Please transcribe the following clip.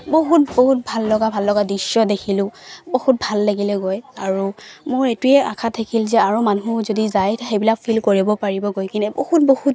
বহুত বহুত ভাল লগা ভাল লগা দৃশ্য দেখিলো বহুত ভাল লাগিলে গৈ আৰু মোৰ এইটোৱেই আশা থাকিল যে আৰু মানুহ যদি যায় সেইবিলাক ফিল কৰিব পাৰিব গৈ কিনে বহুত বহুত